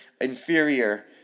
inferior